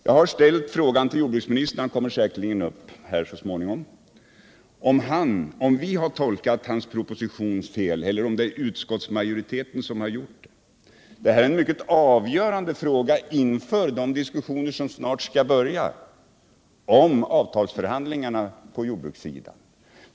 Jag har ställt frågan till jordbruksministern — han kommer säkerligen upp här så småningom — om vi har tolkat hans proposition fel eller om det är utskottsmajoriteten som gjort det. Det här är en mycket avgörande fråga inför de diskussioner som snart skall börja om avtalsförhandlingarna på jordbrukssidan.